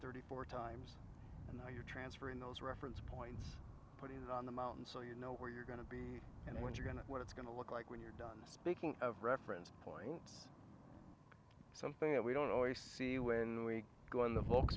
thirty four times and now you're transferring those reference point put it on the mountain so you know where you're going to be and when you're going to what it's going to look like when you're done speaking of reference points something that we don't always see when we go and the